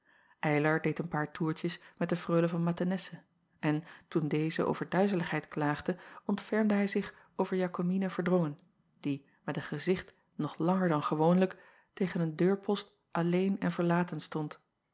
ylar deed een paar toertjes met de reule van athenesse en toen deze over duizeligheid klaagde ontfermde hij zich over akomina erdrongen die met een gezicht nog langer dan gewoonlijk tegen een deurpost alleen en verlaten stond